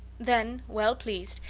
then, well pleased,